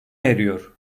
eriyor